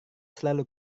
selalu